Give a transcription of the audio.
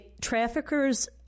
Traffickers